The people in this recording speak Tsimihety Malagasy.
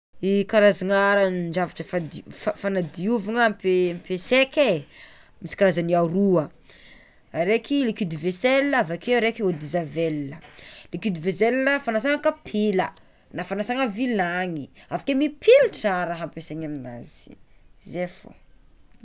E karazana ranon-javatra fandi- fagnadiovana ampe- ampesaiky e misy karazany aroa araiky liquide vaisselle avakeo raiky eau de javel liquide vaisselle fanasana kapila na fanasana vilany avakeo mipilatra raha ampiasainy aminazy zay fôgna.